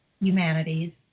humanities